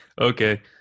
okay